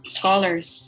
scholars